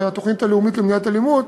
התוכנית הלאומית למניעת אלימות